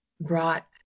brought